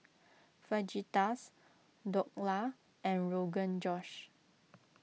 Fajitas Dhokla and Rogan Josh